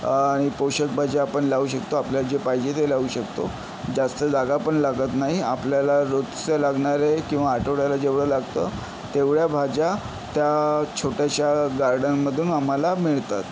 आणि पोषक बाज्या आपण लावू शकतो आपल्या जे पाहिजे ते लावू शकतो जास्त जागापण लागत नाही आपल्याला रोजचं लागणारे किंवा आठवड्याला जेवढं लागतं तेवढ्या भाज्या त्या छोट्याश्या गार्डनमधून आम्हाला मिळतात